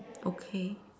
okay